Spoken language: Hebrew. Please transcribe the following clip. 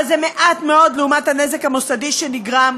אבל זה מעט מאוד לעומת הנזק המוסדי שנגרם,